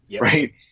Right